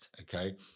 okay